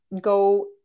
go